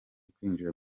kwinjira